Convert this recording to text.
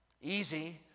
Easy